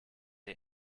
der